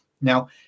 Now